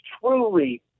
truly